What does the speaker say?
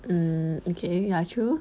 mm okay ya true